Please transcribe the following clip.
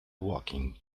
walking